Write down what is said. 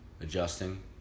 Adjusting